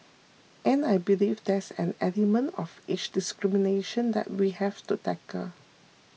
and I believe there's an element of age discrimination that we have to tackle